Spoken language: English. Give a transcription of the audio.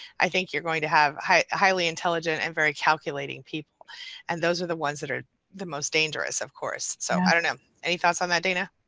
i think you're going to have highly intelligent and very calculating people and those are the ones that are the most dangerous of course. so, i don't know. any thoughts on that dana.